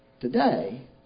today